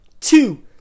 two